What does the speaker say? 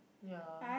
ya